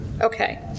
Okay